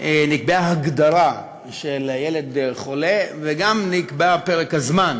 נקבעה הגדרה של ילד חולה, וגם נקבע פרק הזמן